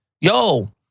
yo